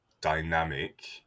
dynamic